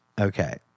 Okay